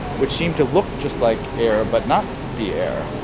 which seemed to look just like air, but not be air.